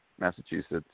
Massachusetts